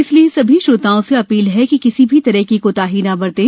इसलिए सभी श्रोताओं से अपील है कि किसी भी तरह की कोताही न बरतें